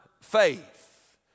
faith